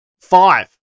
five